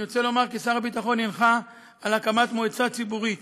אני רוצה לומר כי שר הביטחון הנחה על הקמת מועצה ציבורית